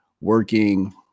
working